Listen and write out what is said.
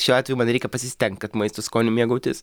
šiuo atveju man reikia pasistengt kad maisto skoniu mėgautis